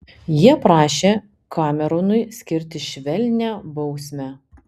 jie prašė kameronui skirti švelnią bausmę